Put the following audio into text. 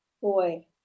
Boy